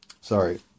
sorry